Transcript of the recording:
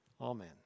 Amen